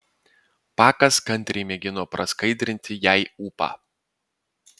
pakas kantriai mėgino praskaidrinti jai ūpą